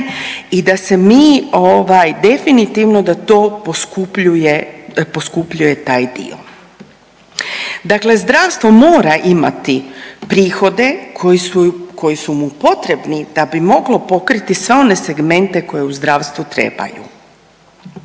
i da se mi ovaj definitivno da to poskupljuje, poskupljuje taj dio. Dakle, zdravstvo mora imati prihode koji su, koji su mu potrebni da bi moglo pokriti sve one segmente koje u zdravstvu trebaju.